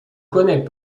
connait